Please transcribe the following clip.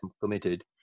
committed